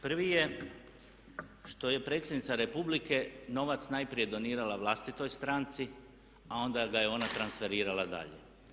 Prvi je što je Predsjednica Republike novac najprije donirala vlastitoj stranci, a onda ga je ona transferirala dalje.